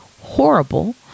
horrible